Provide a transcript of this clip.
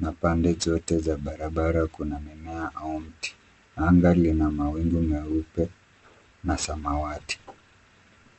na pande zote za barabara kuna mimea au mti. Anga lina mawignu meupe na samawati.